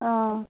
অঁ